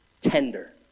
tender